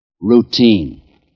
Routine